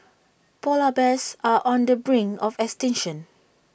Polar Bears are on the brink of extinction